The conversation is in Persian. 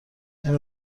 این